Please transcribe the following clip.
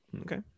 Okay